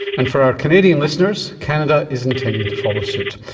and for our canadian listeners, canada is intending to follow suit.